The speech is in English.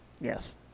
Yes